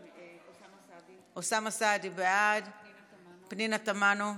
אוסאמה סעדי, בעד, פנינה תמנו,